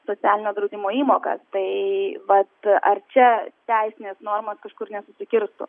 socialinio draudimo įmokas tai vat ar čia teisinės normos kažkur nesusikirstų